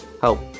Help